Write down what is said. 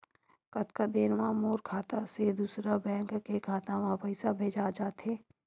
कतका देर मा मोर खाता से दूसरा बैंक के खाता मा पईसा भेजा जाथे?